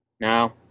Now